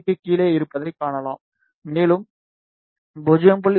க்குக் கீழே இருப்பதைக் காணலாம் மேலும் 0